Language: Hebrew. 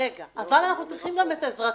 רגע, אבל אנחנו צריכים גם את עזרתכם.